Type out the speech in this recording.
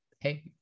hey